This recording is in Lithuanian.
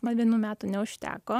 man vienų metų neužteko